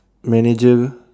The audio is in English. manager